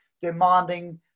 demanding